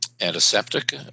antiseptic